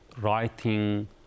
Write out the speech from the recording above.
writing